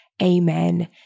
Amen